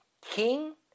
King